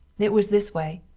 it was this way,